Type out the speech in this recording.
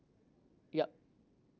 yup